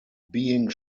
being